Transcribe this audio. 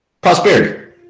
Prosperity